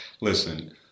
Listen